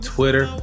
Twitter